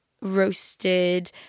roasted